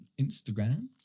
Instagram